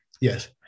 Yes